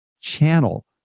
channel